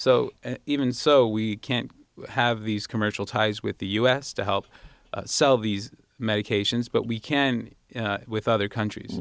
so even so we can't have these commercial ties with the u s to help solve these medications but we can with other countries